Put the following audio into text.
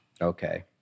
okay